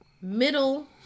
middle